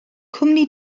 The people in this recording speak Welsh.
cwmni